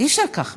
אי-אפשר ככה.